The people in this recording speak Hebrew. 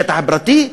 שטח פרטי,